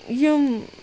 یِم